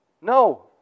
No